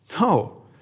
No